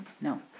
No